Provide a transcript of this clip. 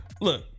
look